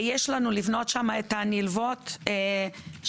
יש לנו לבנות שם את הנלוות, שאלו